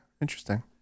interesting